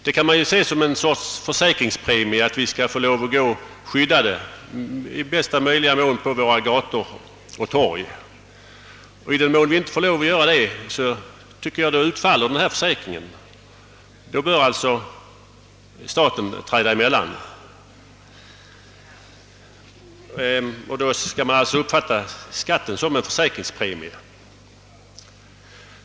Vi kan se det som en försäkringspremie för att vi skall kunna gå skyddade på våra gator och torg. I den mån vi inte får göra det tycker jag att denna försäkring bör utfalla genom att staten träder emellan. Man kan alltså uppfatta skatten som man betalar för detta skydd som en försäkringspremie.